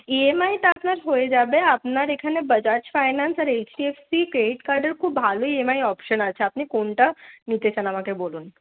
EMI তো আপনার হয়ে যাবে আমাদের এখানে বাজাজ ফাইন্যান্স আর এইচডিএফসি ক্রেডিট কার্ডে খুব ভালো ইএমআই অপশন আছে আপনি কোনটা নিতে চান আমাকে বলুন